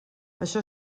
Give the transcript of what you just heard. això